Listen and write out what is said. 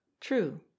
true